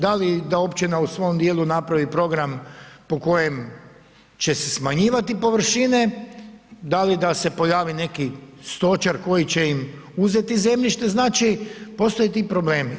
Da li da općina u svom djelu napravi program po kojem će se smanjivati površine, da li da se pojavi neki stočar koji će im uzeti zemljište, znači postoje ti problemi.